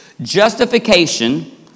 justification